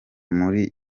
muri